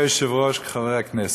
הכנסת,